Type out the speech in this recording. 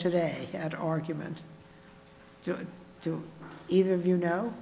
today that argument to either of you know